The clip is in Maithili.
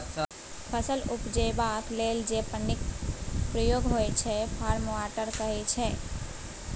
फसल उपजेबाक लेल जे पानिक प्रयोग होइ छै फार्म वाटर कहाइ छै